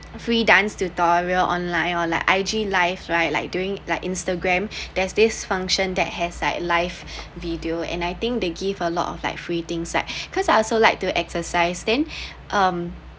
free dance tutorial online or like I_G live right like during like instagram there's this function that has like live video and I think they give a lot of like free things like because I also like to exercise then um